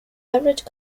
average